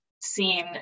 seen